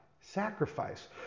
sacrifice